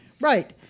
Right